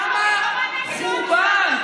כמה חורבן,